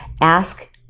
ask